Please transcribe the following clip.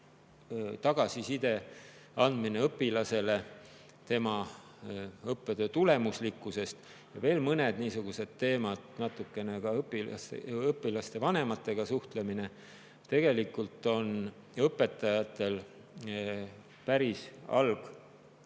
tagasiside andmine õpilasele tema õppetöö tulemuslikkuse kohta ja veel mõned niisugused teemad, natukene ka õpilaste vanematega suhtlemine. Tegelikult on õpetajatel päris